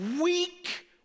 weak